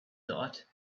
thought